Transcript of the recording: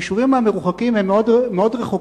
היישובים המרוחקים הם מאוד רחוקים,